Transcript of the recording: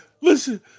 Listen